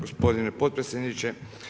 Gospodine potpredsjedniče.